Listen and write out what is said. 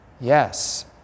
Yes